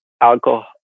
alcohol